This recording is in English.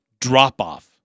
drop-off